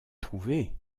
trouver